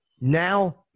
Now